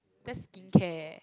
that's skincare